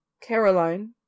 Caroline